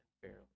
fairly